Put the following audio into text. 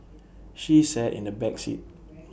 she sat in the back seat